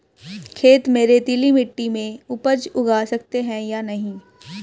खेत में रेतीली मिटी में उपज उगा सकते हैं या नहीं?